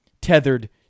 tethered